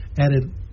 added